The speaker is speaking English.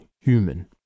human